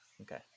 okay